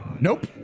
Nope